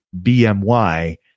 BMY